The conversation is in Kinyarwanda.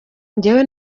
njyewe